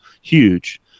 huge